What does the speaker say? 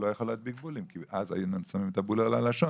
הוא לא יכול להדביק בולים כי אז היינו שמים את הבול על הלשון.